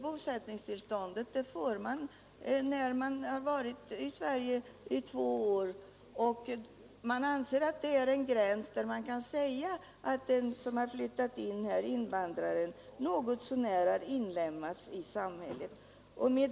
Bosättningstillståndet får man när man har varit i Sverige i två år, och detta anses vara en gräns där det kan sägas att invandraren något så när har inlemmats i samhället.